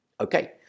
Okay